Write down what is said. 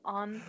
on